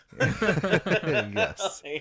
Yes